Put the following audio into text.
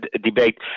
debate